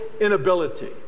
inability